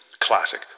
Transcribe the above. Classic